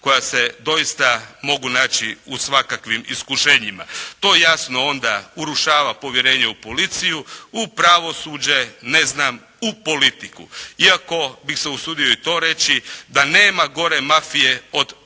koja se doista mogu naći u svakakvim iskušenjima. To jasno onda urušava povjerenje u policiju, u pravosuđe, u politiku. Iako bih se usudio i to reći, da nema gore mafije od